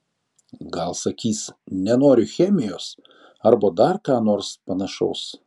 gal sakys nenoriu chemijos arba dar ką nors panašaus